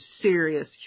serious